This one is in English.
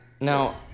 Now-